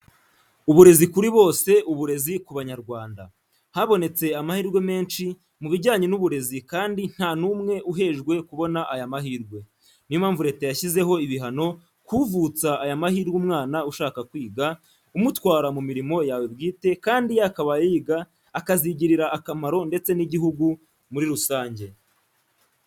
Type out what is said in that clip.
Uburezi kuri bose uburezi ku Banyarwanda. Habonetse amahirwe menshi mu bijyanye n'uburezi kandi ntanumwe uhejwe kubona aya mahirwe. Ni yo mpamvu leta yashyizeho ibihano kuvutsa aya mahirwe umwana ushaka kwiga umutwara mu mirimo yawe bwite kandi yakabaye yiga akazigirira akamaro ndetse n'igihugu muri rusange.